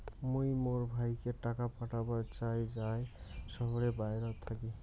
মুই মোর ভাইকে টাকা পাঠাবার চাই য়ায় শহরের বাহেরাত থাকি